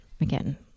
again